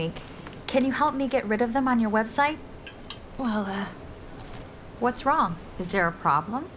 week can you help me get rid of them on your website oh what's wrong is there a problem